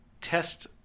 test